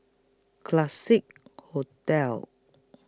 Classique Hotel